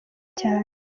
cyane